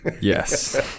Yes